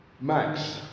Max